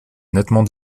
nettement